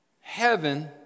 heaven